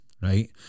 right